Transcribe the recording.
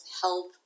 help